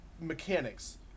mechanics